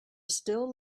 still